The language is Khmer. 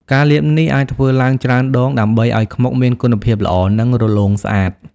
ការលាបនេះអាចធ្វើឡើងច្រើនដងដើម្បីឱ្យខ្មុកមានគុណភាពល្អ និងរលោងស្អាត។